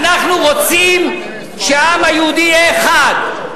אנחנו רוצים שהעם היהודי יהיה אחד,